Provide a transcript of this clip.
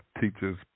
teachers